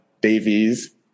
Davies